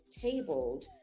tabled